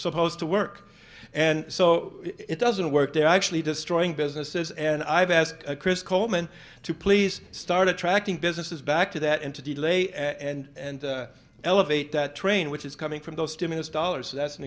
supposed to work and so it doesn't work they're actually destroying businesses and i've asked chris coleman to please start attracting businesses back to that into de lay and elevate that train which is coming from those stimulus dollars as an